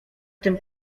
tym